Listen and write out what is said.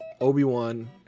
Obi-Wan